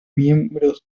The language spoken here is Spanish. miembros